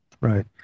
Right